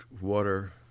water